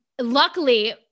luckily